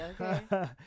okay